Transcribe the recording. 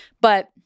but-